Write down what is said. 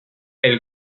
elle